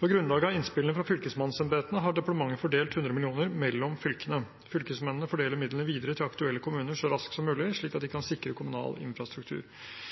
På grunnlag av innspillene fra fylkesmannsembetene har departementet fordelt 100 mill. kr mellom fylkene. Fylkesmennene fordeler midlene videre til aktuelle kommuner så raskt som mulig, slik at de kan sikre kommunal infrastruktur.